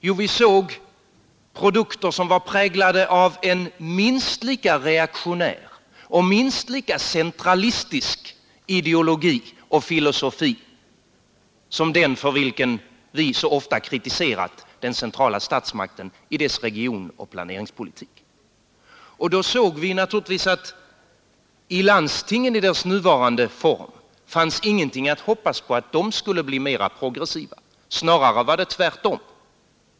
Jo, vi såg produkter som var präglade av en minst lika reaktionär och minst lika centralistisk ideologi och filosofi som den för vilken vi så ofta kritiserat den centrala statsmakten i dess regionoch planeringspolitik. Vi såg naturligtvis också att det inte gick att hoppas att landstingen i nuvarande form skulle bli mera progressiva — snarare var det tvärtom.